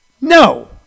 No